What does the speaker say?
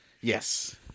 Yes